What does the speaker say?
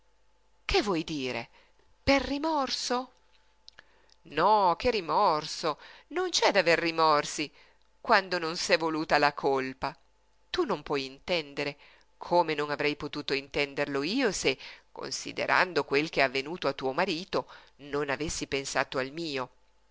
che vuoi dire per rimorso no che rimorso non c'è da aver rimorsi quando non s'è voluta la colpa tu non puoi intendere come non avrei potuto intenderlo io se considerando quel che è avvenuto a tuo marito non avessi pensato al mio